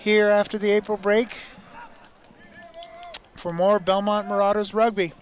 here after the april break for more belmont marauders rugby